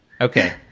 Okay